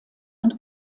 und